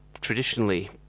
traditionally